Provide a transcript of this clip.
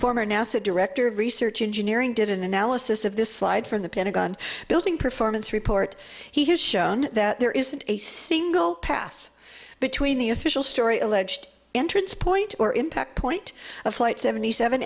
former nasa director of research engineer and did an analysis of this slide from the pentagon building performance report he has shown that there isn't a single path between the official story alleged entrance point or impact point of flight seventy seven